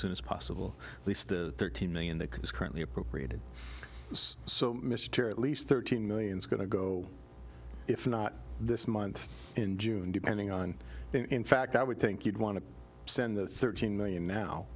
soon as possible at least the thirteen million that could is currently appropriated so mr at least thirteen million is going to go if not this month in june depending on in fact i would think you'd want to send the thirteen million now